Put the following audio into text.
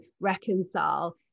reconcile